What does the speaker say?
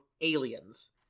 aliens